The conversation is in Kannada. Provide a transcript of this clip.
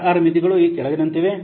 ಆರ್ ಮಿತಿಗಳು ಈ ಕೆಳಗಿನಂತಿವೆ